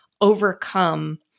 overcome